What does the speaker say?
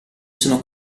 sono